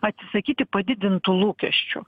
atsisakyti padidintų lūkesčių